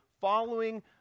following